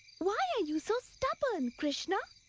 why are you so stubborn, krishna?